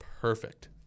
perfect